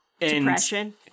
depression